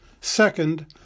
second